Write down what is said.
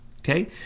Okay